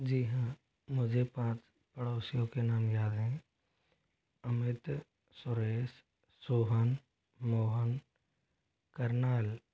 जी हाँ मुझे पाँच पड़ोसियों के नाम याद है अमित सुरेश सोहन मोहन करनाल